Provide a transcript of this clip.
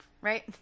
right